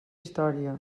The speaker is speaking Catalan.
història